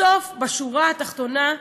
בסוף, בשורה התחתונה,